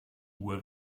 uhr